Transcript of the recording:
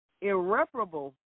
irreparable